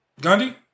Gandhi